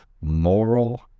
moral